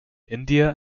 india